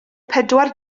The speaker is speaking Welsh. pedwar